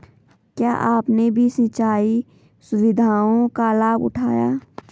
क्या आपने भी सिंचाई सुविधाओं का लाभ उठाया